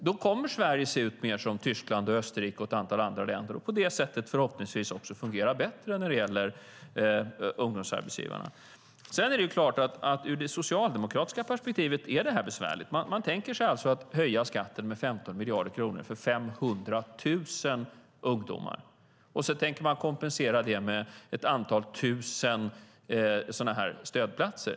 Då kommer Sverige att se ut mer som Tyskland, Österrike och ett antal andra länder och på det sättet förhoppningsvis också fungera bättre när det gäller ungdomsarbetsgivarna. Det är klart att det är besvärligt ur det socialdemokratiska perspektivet. Man tänker sig att höja skatten med 15 miljarder kronor för 500 000 ungdomar. Sedan tänker man kompensera det med ett antal tusen stödplatser.